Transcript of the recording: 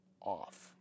off